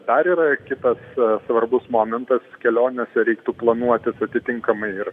dar yra kitas svarbus momentas kelionėse reiktų planuotis atitinkamai ir